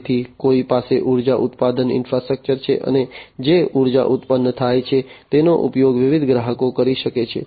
તેથી કોઈક પાસે ઉર્જા ઉત્પાદન ઈન્ફ્રાસ્ટ્રક્ચર છે અને જે ઉર્જા ઉત્પન્ન થાય છે તેનો ઉપયોગ વિવિધ ગ્રાહકો કરી શકે છે